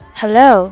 hello